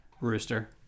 Rooster